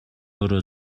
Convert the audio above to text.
өөрөө